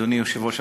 אדוני היושב-ראש,